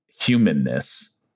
humanness